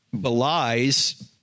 belies